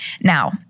Now